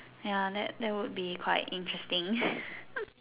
ya that that would be quite interesting